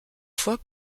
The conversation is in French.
fois